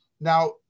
Now